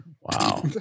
Wow